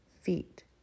feet